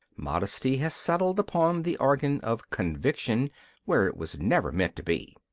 modesty has settled upon the organ of conviction where it was never meant to be.